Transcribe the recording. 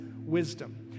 wisdom